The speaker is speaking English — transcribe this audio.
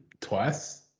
twice